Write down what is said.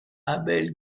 abel